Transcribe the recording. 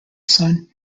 son